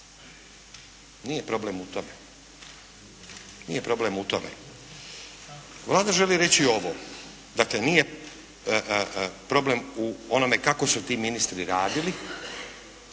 Nije problem u tome. Vlada želi reći ovo. Dakle, nije problem u onome kako su ti ministri radili